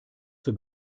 zur